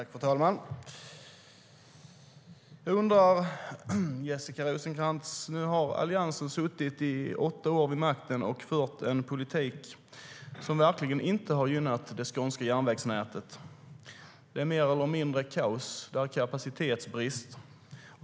Fru talman! Jag undrar en sak, Jessica Rosencrantz. Nu har Alliansen suttit vid makten i åtta år och fört en politik som verkligen inte har gynnat det skånska järnvägsnätet. Det är mer eller mindre kaos, och det är kapacitetsbrist.